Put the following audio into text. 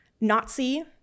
Nazi